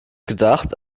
gedacht